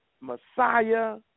messiah